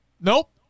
Nope